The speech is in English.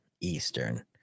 Eastern